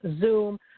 Zoom